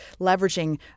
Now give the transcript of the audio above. leveraging